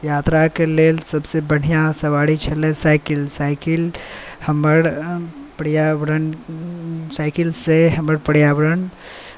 यात्राके लेल सभसँ बढ़िआँ सवारी छलै साइकिल साइकिल हमर पर्यावरण साइकिलसँ हमर पर्यावरण